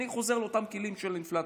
אני חוזר לאותם כלים של אינפלציה.